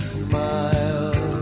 smile